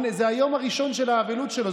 זה היום הראשון של האבלות שלו,